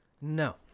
No